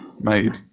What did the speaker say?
made